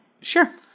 Sure